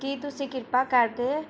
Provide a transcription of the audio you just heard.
ਕੀ ਤੁਸੀਂ ਕਿਰਪਾ ਕਰਕੇ